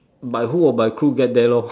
by hook or by crook get there lor